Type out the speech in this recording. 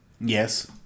Yes